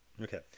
okay